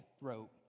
wrote